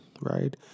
right